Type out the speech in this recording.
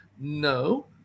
no